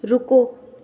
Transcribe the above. ਰੁਕੋ